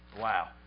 Wow